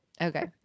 Okay